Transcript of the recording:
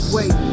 Wait